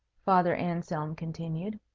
father anselm continued.